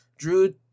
Drew